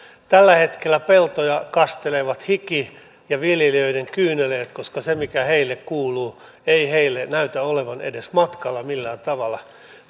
tällä hetkellä peltoja kastelevat hiki ja viljelijöiden kyyneleet koska se mikä heille kuuluu ei heille näytä olevan edes matkalla millään tavalla